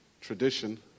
tradition